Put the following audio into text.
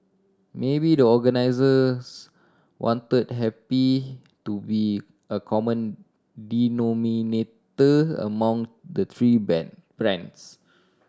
maybe the organisers wanted happy to be a common denominator among the three band brands